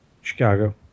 Chicago